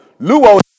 Luo